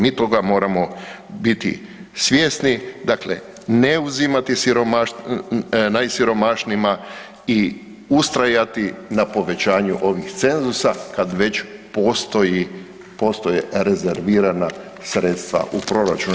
Mi toga moramo biti svjesni, dakle ne uzimati najsiromašnijima i ustrajati na povećanju ovih cenzusa kad već postoje rezervirana sredstva u proračunu.